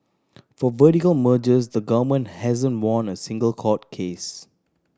for vertical mergers the government hasn't won a single court case